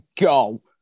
go